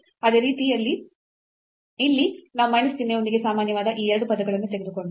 ಅದೇ ರೀತಿ ಇಲ್ಲಿ ನಾವು ಮೈನಸ್ ಚಿಹ್ನೆಯೊಂದಿಗೆ ಸಾಮಾನ್ಯವಾದ ಈ 2 ಪದಗಳನ್ನು ತೆಗೆದುಕೊಂಡಾಗ